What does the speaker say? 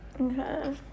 Okay